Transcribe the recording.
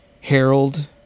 harold